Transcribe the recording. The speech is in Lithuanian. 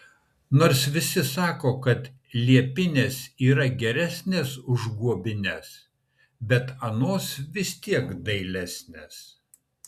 nors visi sako kad liepinės yra geresnės už guobines bet anos vis tiek dailesnės